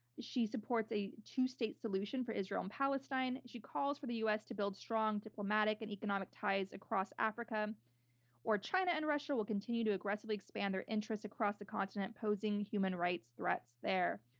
she supports a two state solution for israel and palestine. she calls for the us to build strong diplomatic and economic ties across africa or china and russia will continue to aggressively expand their interest across the continent, posing human rights threats there.